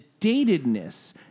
datedness